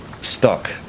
stuck